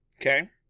Okay